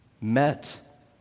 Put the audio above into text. met